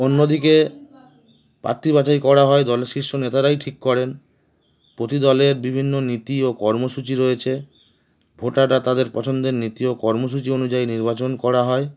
অন্যদিকে প্রার্থী বাঁচাই করা হয় দলের শীর্ষ নেতারাই ঠিক করেন প্রতি দলের বিভিন্ন নীতি ও কর্মসূচি রয়েছে ভোটারটা তাদের পছন্দের নীতি ও কর্মসূচি অনুযায়ী নির্বাচন করা হয়